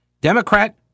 Democrat